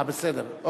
בסדר.